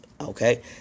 Okay